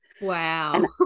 Wow